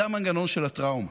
זה המנגנון של הטראומה.